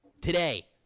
Today